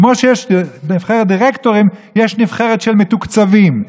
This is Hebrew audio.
כמו שיש נבחרת דירקטורים, יש נבחרת של מתוקצבים.